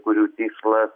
kurių tikslas